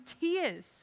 tears